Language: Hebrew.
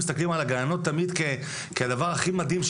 יוצאים מהמעגל הזה והעתיד שלהם בסכנה ומילה אחרונה לגבי מחסור בכוח